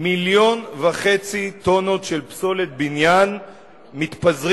1.5 מיליון טונות של פסולת בניין מתפזרת